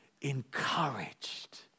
encouraged